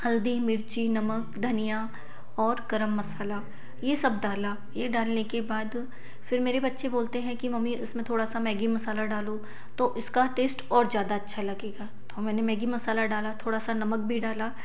हल्दी मिर्ची नमक धनिया और गर्म मसाला ये सब डाला ये डालने के बाद फिर मेरे बच्चे बोलते हैं कि मम्मी इसमें थोड़ा सा मैगी मसाला डालो तो इसका टेस्ट और ज़्यादा अच्छा लगेगा तो मैं मैगी मसाला डाला थोड़ा सा नमक भी डाला